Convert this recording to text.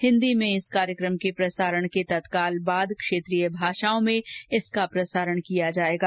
हिंदी में इस कार्यक्रम के प्रसारण के तत्काल बाद क्षेत्रीय भाषाओं में इसका प्रसारण किया जाएगा